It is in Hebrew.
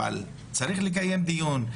אבל צריך לקיים דיון,